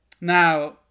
Now